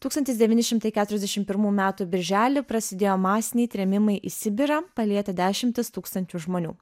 tūkstantis devyni šimtai keturiasdešimt pirmų metų birželį prasidėjo masiniai trėmimai į sibirą palietę dešimtis tūkstančių žmonių